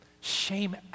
shame